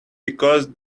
because